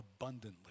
abundantly